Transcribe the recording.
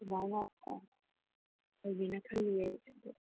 ꯑꯗꯨꯃꯥꯏꯅ ꯑꯥ ꯇꯧꯒꯦꯅ ꯈꯜꯂꯤ ꯑꯩ ꯑꯗꯣ